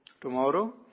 tomorrow